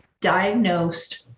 diagnosed